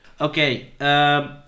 Okay